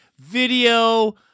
Video